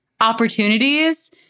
opportunities